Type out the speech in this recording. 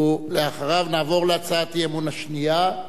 ואחריו נעבור להצעת האי-אמון השנייה.